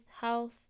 health